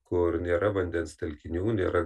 kur nėra vandens telkinių nėra